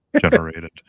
generated